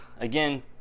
again